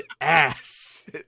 ass